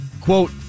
quote